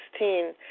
2016